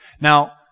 Now